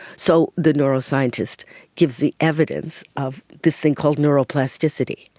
so the neuroscientist gives the evidence of this thing called neural plasticity,